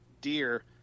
deer